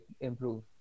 improve